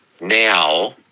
now